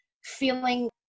Feeling